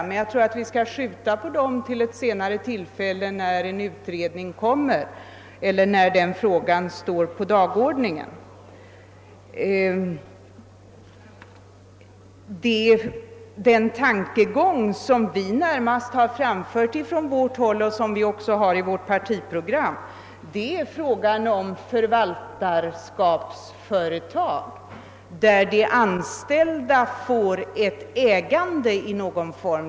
Men jag tror att vi skall skjuta på den diskussionen tills en utredning föreligger eller frågan står på riksdagens dagordning. Den tankegång som vi närmast har framfört och även har med i vårt partiprogram är frågan om förvaltarskapsföretag där de anställda får ett ägande i någon form.